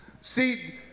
See